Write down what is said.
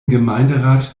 gemeinderat